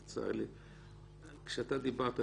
כשאתה דיברת,